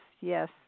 yes